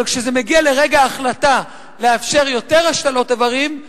אבל כשזה מגיע לרגע ההחלטה לאפשר יותר השתלות איברים,